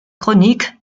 chroniques